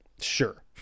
sure